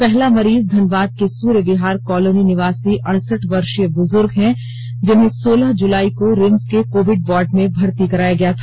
पहला मरीज धनबाद र्क सूर्य विहार कॉलोनी निवासी अरसठ वर्षीय बुजुर्ग हैं जिन्हें सोलह जुलाई को रिम्स के कोविड वार्ड में भर्ती कराया गया था